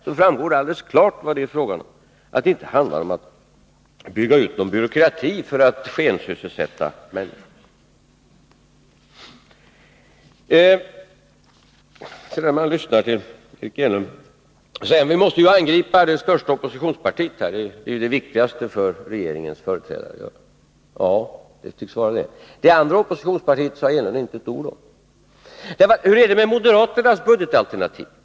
Därav framgår alldeles klart vad det är fråga om, att det inte handlar om att bygga ut någon byråkrati för att skensysselsätta människor. Eric Enlund säger: Vi måste angripa det största oppositionspartiet. Det är det viktigaste för regeringens företrädare. Ja, det tycks vara det. Det andra oppositionspartiet sade Eric Enlund inte ett ord om. Men hur är det med moderaternas budgetalternativ?